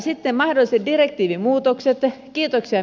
sitten mahdolliset direktiivimuutokset